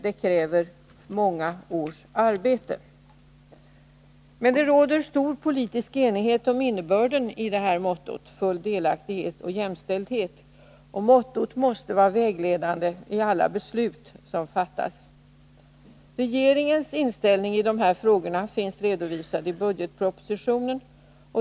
Det kräver många års arbete. Det råder stor politisk enighet om innebörden i mottot full delaktighet och jämställdhet. Detta motto måste vara vägledande i alla beslut som fattas. Regeringens inställning i dessa frågor finns redovisad i budgetpropositionen.